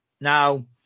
Now